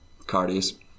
Cardis